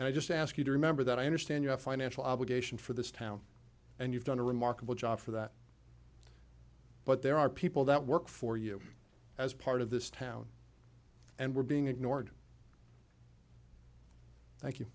and i just ask you to remember that i understand you have financial obligation for this town and you've done a remarkable job for that but there are people that work for you as part of this town and we're being ignored thank you